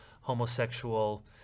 homosexual